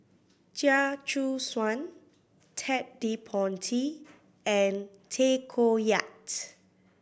Chia Choo Suan Ted De Ponti and Tay Koh Yat